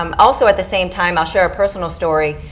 um also, at the same time i'll share a personal story.